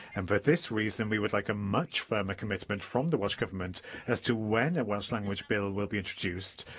and for this reason, we would like a much firmer commitment from the welsh government as to when a welsh language bill will be introduced,